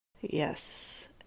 Yes